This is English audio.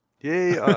Yay